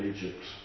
Egypt